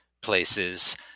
places